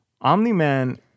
Omni-Man